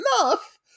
enough